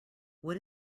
wood